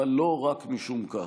אבל לא רק משום כך.